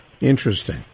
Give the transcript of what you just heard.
Interesting